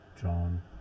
John